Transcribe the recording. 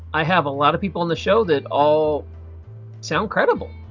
i have a lot of people on the show that all sound credible.